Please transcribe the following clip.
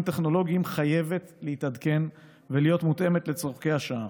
טכנולוגיים חייבת להתעדכן ולהיות מותאמת לצורכי השעה.